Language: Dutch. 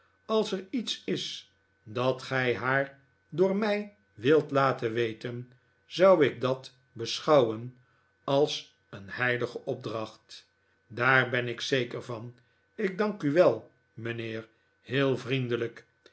als er iets is dat gij haar door mij wilt laten weten zou ik dat beschouwen als een heilige opdracht daar ben ik zeker van ik dank u wel mijnheer heel vriendelijk